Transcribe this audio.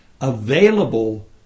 available